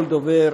כל דובר,